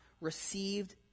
received